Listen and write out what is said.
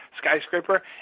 skyscraper